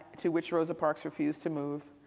to which rosa parks refused to move.